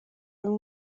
bimwe